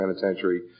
penitentiary